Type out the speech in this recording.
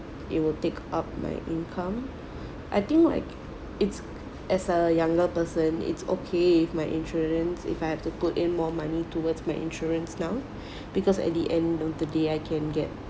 it will take up my income I think like it's as a younger person it's okay if my insurance if I have to put in more money towards my insurance now because at the end of the day I can get